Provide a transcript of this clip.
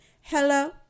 Hello